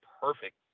perfect